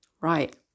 Right